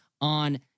on